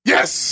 Yes